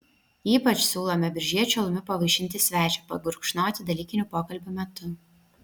ypač siūlome biržiečių alumi pavaišinti svečią pagurkšnoti dalykinių pokalbių metu